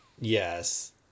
Yes